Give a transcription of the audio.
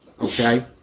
Okay